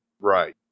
Right